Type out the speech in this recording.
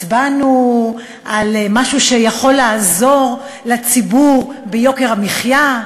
הצבענו על משהו שיכול לעזור לציבור ביוקר המחיה?